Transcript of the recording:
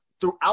throughout